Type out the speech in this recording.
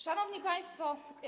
Szanowni Państwo!